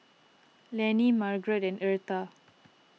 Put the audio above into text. Lannie Margrett and Eartha